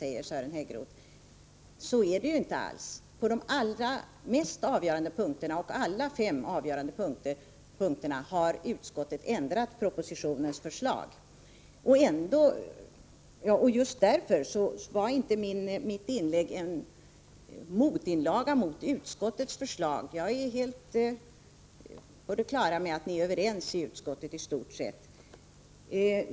Men så är det inte alls. På de fem avgörande punkterna har utskottet ändrat propositionens förslag. Mitt inlägg här skall dock inte tas såsom en motinlaga mot utskottets förslag. Jag är helt på det klara med att ni inom utskottet är överens i stort sett.